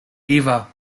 eva